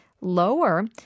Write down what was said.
lower